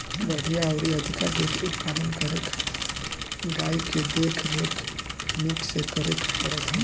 बढ़िया अउरी अधिका दूध उत्पादन करे खातिर गाई के देख रेख निक से करे के पड़त हवे